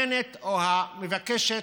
המבקשת,